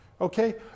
Okay